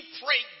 pray